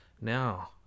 Now